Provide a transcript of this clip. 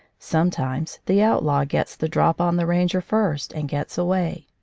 sometimes the outlaw gets the drop on the ranger first and gets away.